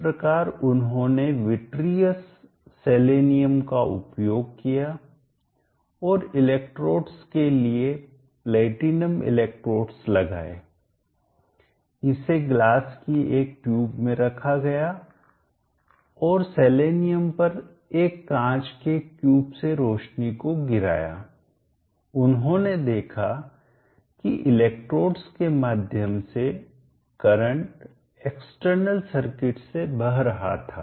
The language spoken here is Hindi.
इस प्रकार उन्होंने विट्रियस कांच सेलेनियम का उपयोग किया और इलेक्ट्रोड्स के लिए प्लैटिनम इलेक्ट्रोड्स लगाए इसे ग्लास कांच की एक ट्यूब में रखा गया और सेलेनियम पर एक कांच के क्यूब से रोशनी को गीराया उन्होंने देखा की इलेक्ट्रोड्स के माध्यम से करंट एक्सटर्नल बाहरी सर्किट से बह रहा था